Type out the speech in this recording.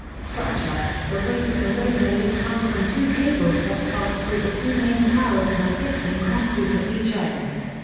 structure the weight of the roadway is hung from two cables that pass through the two main towers and are fixed in concrete at each end.